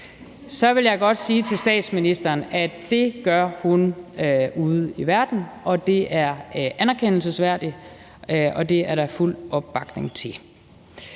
vil jeg godt sige til statsministeren, at det gør hun ude i verden. Det er anerkendelsesværdigt, og det er der fuld opbakning til.